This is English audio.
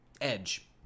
Edge